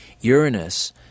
Uranus